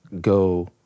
go